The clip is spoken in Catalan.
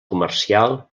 comercial